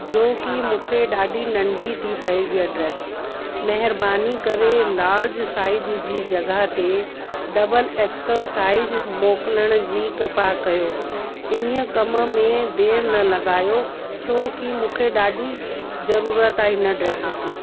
जो की मूंखे ॾाढी नंढी थी पए इहा ड्रेस महिरबानी करे लार्ज साइज जी जॻह ते डबल एक्सएल साइज मोकिलण जी कृपा कयो इन कम में देरि न लॻायो छोकी मूंखे ॾाढी ज़रूरत आहे इन ड्रेस जी